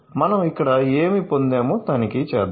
మనం ఇక్కడ ఏమి పొందామో తనిఖీ చేద్దాం